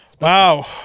Wow